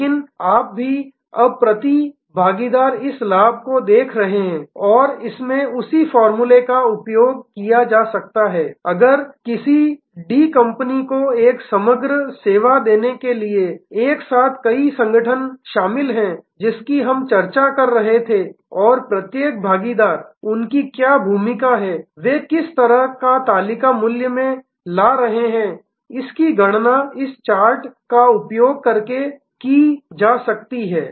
लेकिन आप भी अब प्रति भागीदार इस लाभ को देख रहे हैं और इसमें उसी फॉर्मूले का उपयोग किया जा सकता है अगर किसी डी कंपनी को एक समग्र सेवा देने के लिए एक साथ कई संगठन शामिल हैं जिसकी हम चर्चा कर रहे थे और प्रत्येक भागीदार उनकी क्या भूमिका है वे किस तरह का मूल्य तालिका में ला रहे हैं इसकी गणना इस तरह के चार्ट का उपयोग करके की जा सकती है